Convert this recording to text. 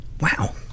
Wow